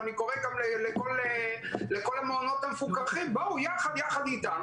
ואני קורא גם לכל המעונות המפוקחים: בואו יחד איתנו,